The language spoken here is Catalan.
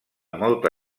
molta